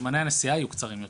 אבל זמני הנסיעה יהיו קצרים יותר,